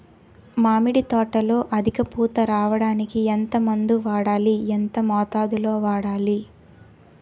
మామిడి తోటలో అధిక పూత రావడానికి ఎంత మందు వాడాలి? ఎంత మోతాదు లో వాడాలి?